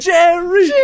Jerry